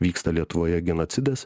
vyksta lietuvoje genocidas